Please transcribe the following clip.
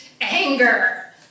Anger